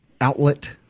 outlet